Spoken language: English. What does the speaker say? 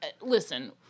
Listen